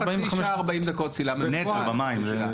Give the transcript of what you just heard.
חצי שעה-40 דקות במים.